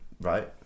Right